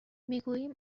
میگوییم